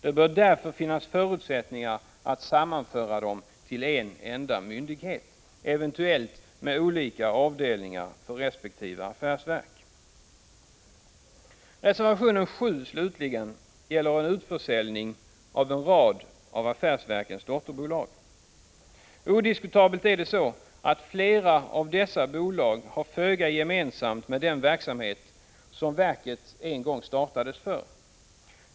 Det bör därför finnas förutsättningar att sammanföra dem till en enda myndighet, eventuellt med olika avdelningar för resp. affärsverk. Reservation 7, slutligen, gäller en utförsäljning av en rad av affärsverkens dotterbolag. Odiskutabelt är det så att flera av dessa bolag har föga gemensamt med den verksamhet som verket en gång startades för.